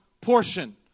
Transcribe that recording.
portion